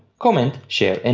comment, share and